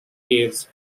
caves